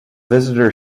visitor